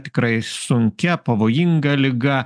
tikrai sunkia pavojinga liga